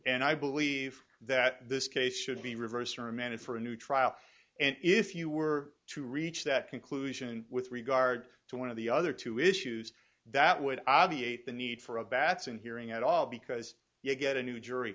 and i believe that this case should be reversed and remanded for a new trial and if you were to reach that conclusion with regard to one of the other two issues that would obviate the need for a batson hearing at all because you get a new jury